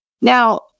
Now